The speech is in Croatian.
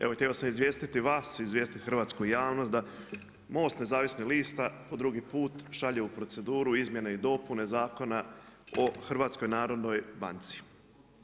Evo htio sam izvijestiti vas, izvijestiti hrvatsku javnost da MOST nezavisnih lista po drugi put šalje u proceduru izmjene i dopuna Zakona o HNB-u.